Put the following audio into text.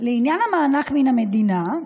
לעניין המענק מן המדינה,